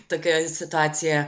tokia situacija